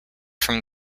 from